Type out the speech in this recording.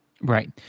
right